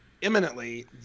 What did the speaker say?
imminently